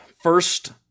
First